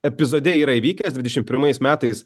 epizode yra įvykęs dvidešimt pirmais metais